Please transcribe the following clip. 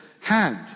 hand